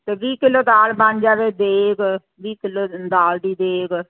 ਵੀਹ ਕਿਲੋ ਦਾਲ ਬਣ ਜਾਵੇ ਦੇਗ ਵੀਹ ਕਿਲੋ ਦਾਲ ਦੀ ਦੇਗ